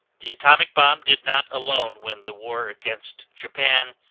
the atomic bomb did not alone win the war against japan,